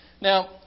Now